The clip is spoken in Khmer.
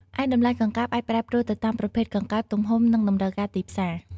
ឯតម្លៃកង្កែបអាចប្រែប្រួលទៅតាមប្រភេទកង្កែប ទំហំ និងតម្រូវការទីផ្សារ។